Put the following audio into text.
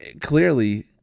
clearly